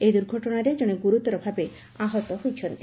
ଏହି ଦୁଘଟଶାରେ ଜଣେ ଗୁରୁତର ଭାବେ ଆହତ ହୋଇଛନ୍ତି